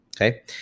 Okay